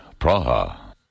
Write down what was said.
Praha